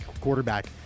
quarterback